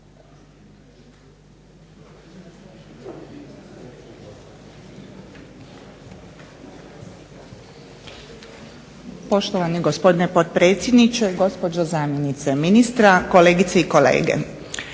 Poštovani gospodine potpredsjedniče, gospođo zamjenice ministra, kolegice i kolege.